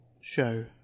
show